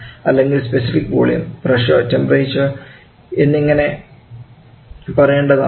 അല്ലെങ്കിൽ specific volume pressure temperature എന്നിങ്ങനെ പറയേണ്ടത് ആകുന്നു